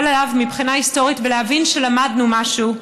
עליו מבחינה היסטורית ולהבין שלמדנו משהו,